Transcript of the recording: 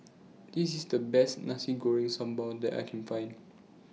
This IS The Best Nasi Goreng Sambal that I Can Find